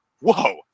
whoa